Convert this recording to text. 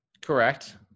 correct